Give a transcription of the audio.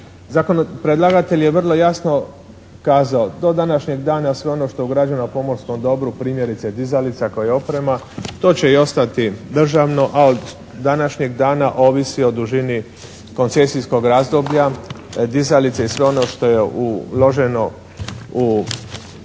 razvoja. Predlagatelj je vrlo jasno kazao, do današnjeg dana sve ono što je ugrađeno na pomorskom dobru primjerice dizalica kao oprema to će i ostati državno, a od današnjeg dana ovisi o dužini koncesijskog razdoblja. Dizalice i sve ono što je uloženo u nadgrađe